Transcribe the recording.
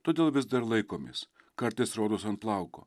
todėl vis dar laikomės kartais rodos ant plauko